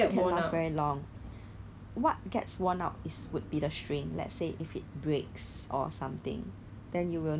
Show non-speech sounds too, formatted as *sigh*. *laughs* I don't know lah but I know is at a ridiculous price you can go and see a few days later when you free